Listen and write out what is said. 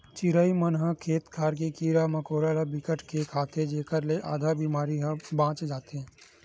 चिरई मन ह खेत खार के कीरा मकोरा ल बिकट के खाथे जेखर ले आधा बेमारी ह बाच जाथे